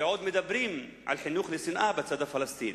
ועוד מדברים על חינוך לשנאה בצד הפלסטיני.